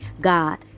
God